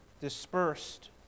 dispersed